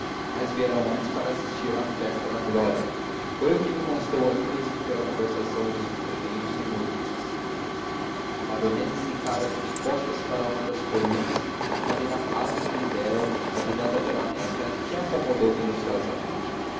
mas vieram antes para assistir à festa da glória foi o que me constou ali mesmo pela conversação dos primeiros minutos a baronesa sentara-se de costas para uma das colunas na cadeira rasa que lhe deram ajudada pela neta que a acomodou minuciosamente